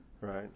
Right